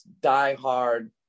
diehard